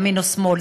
ימין או שמאל,